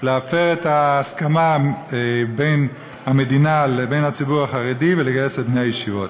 להפר את ההסכמה בין המדינה לבין הציבור החרדי ולגייס את בני הישיבות.